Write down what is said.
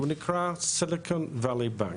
והוא נקרא Silicon Valley Bank.